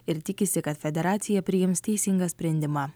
ir tikisi kad federacija priims teisingą sprendimą